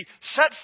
set